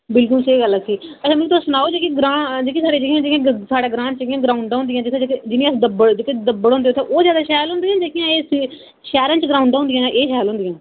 बिल्कुल स्हेई गल्ल आक्खी अच्छा मिकी तुस सनाओ जेह्की ग्रांऽ जेह्की साढ़ी जि'यां जि'यां साढ़े ग्रांऽ च जि'यां ग्राउंडां होंदियां जां जित्थें जित्थें जि'यां दब्बड़ जित्थें दब्बड़ होंदे उत्थें ओह् जगह शैल होंदी जां जेह्कियां एह् शैह्रें च ग्राउंडां होंदियां एह् शैल होंदियां